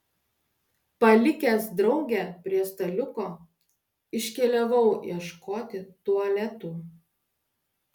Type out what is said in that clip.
palikęs draugę prie staliuko iškeliavau ieškoti tualetų